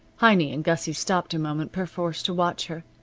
heiny and gussie stopped a moment perforce to watch her.